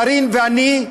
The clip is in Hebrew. וקארין ואני,